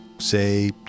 say